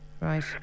right